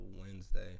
Wednesday